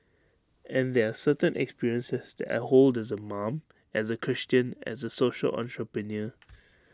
and there are certain experiences that I hold as A mom as A Christian as A social entrepreneur